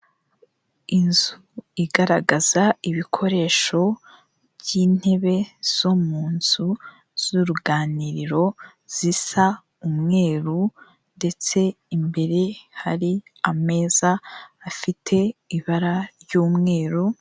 Inzu igaragaza ibikoresho by'intebe zo mu nzu z'uruganiriro zisa umweru, ndetse imbere hari ameza afite ibara ry'umweru.